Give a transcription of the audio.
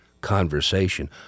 conversation